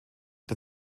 der